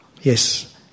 Yes